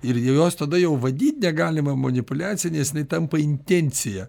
ir jos jau tada jau vadyt negalima manipuliacine tampa intencija